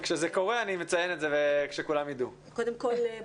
קודם כל,